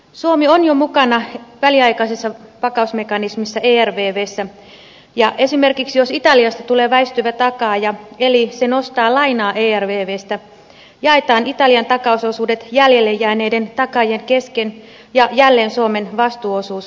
suomi on jo mukana väliaikaisessa vakaus mekanismissa ervvssä ja esimerkiksi jos italiasta tulee väistyvä takaaja eli se nostaa lainaa ervvstä jaetaan italian takausosuudet jäljelle jääneiden takaajien kesken ja jälleen suomen vastuuosuus lisääntyy